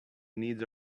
needs